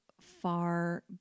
far